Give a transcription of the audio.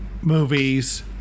movies